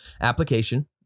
application